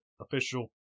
official